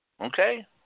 Okay